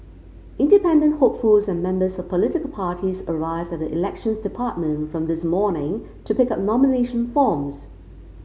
independent hopefuls and members of political parties arrived at the Elections Department from this morning to pick up nomination forms